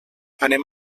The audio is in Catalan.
anem